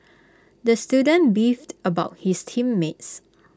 the student beefed about his team mates